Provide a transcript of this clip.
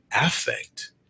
affect